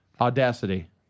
Audacity